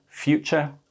future